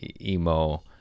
emo